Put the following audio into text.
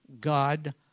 God